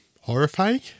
horrifying